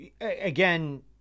again